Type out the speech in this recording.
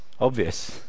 obvious